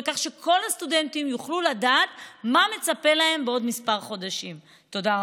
כך שכל הסטודנטים יוכלו לדעת מה מצפה להם בעוד כמה חודשים.